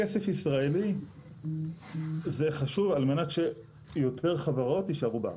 כסף ישראלי זה חשוב על מנת שיותר חברות יישארו בארץ.